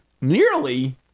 Nearly